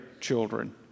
children